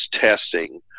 testing